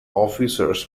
officers